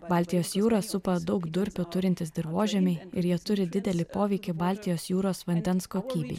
baltijos jūrą supa daug durpių turintys dirvožemiai ir jie turi didelį poveikį baltijos jūros vandens kokybei